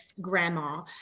grandma